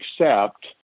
accept